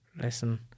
listen